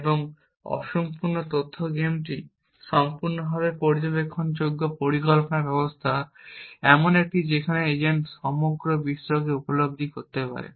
এবং অসম্পূর্ণ তথ্য গেমগুলি সম্পূর্ণরূপে পর্যবেক্ষণযোগ্য পরিকল্পনা ব্যবস্থা এমন একটি যেখানে এজেন্ট সমগ্র বিশ্বকে উপলব্ধি করতে পারে